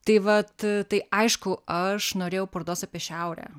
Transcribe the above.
tai vat tai aišku aš norėjau parodos apie šiaurę